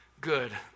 good